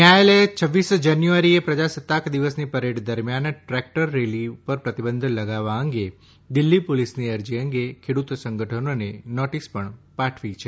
ન્યાયાલયે છવ્વીસ જાન્યુઆરીએ પ્રજાસત્તાક દિવસની પરેડ દરમિયાન ટ્રેકટર રેલી ઉપર પ્રતિબંધ લગાવવા અંગે દિલ્હી પોલીસની અરજી અંગે ખેડૂત સંગઠનોને નોટીસ પણ પાઠવી છે